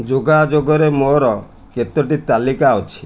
ଯୋଗାଯୋଗରେ ମୋର କେତୋଟି ତାଲିକା ଅଛି